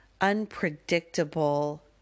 unpredictable